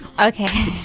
Okay